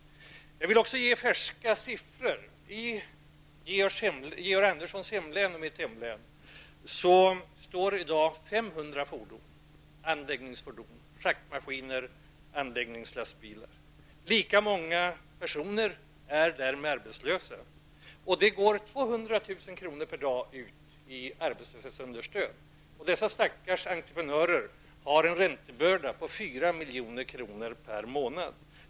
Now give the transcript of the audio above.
Jag vill också redovisa färska siffror. I Georg Anderssons och mitt hemlän står i dag 500 fordon stilla. Det rör sig bl.a. om anläggningsfordon, schaktmaskiner och anläggningslastbilar. Lika många personer är därmed arbetslösa. Det utgår Entreprenörernas räntebörda är 4 milj.kr. per månad.